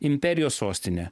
imperijos sostinė